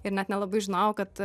ir net nelabai žinojau kad